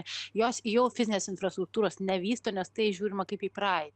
jos jau fizinės infrastruktūros nevysto nes tai žiūrima kaip į praeitį